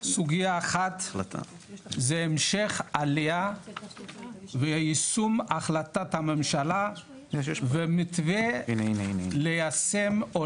סוגייה אחת זה המשך עלייה ויישום החלטת הממשלה ומתווה ליישם,